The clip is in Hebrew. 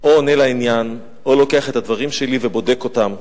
או עונה לעניין או לוקח את הדברים שלי ובודק אותם,